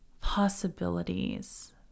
possibilities